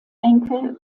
enkel